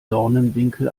dornenwinkel